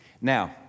Now